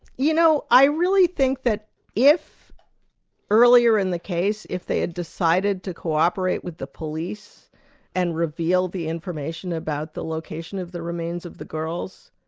you know, i really think that if earlier in the case, if they had decided to co-operate with the police and reveal the information about the location of the remains of the girls,